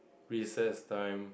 recess time